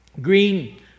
Green